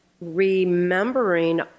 remembering